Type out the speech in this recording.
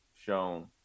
shown